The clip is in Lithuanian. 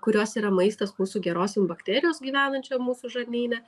kurios yra maistas mūsų gerosiom bakterijos gyvenančiom mūsų žarnyne